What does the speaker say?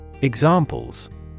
Examples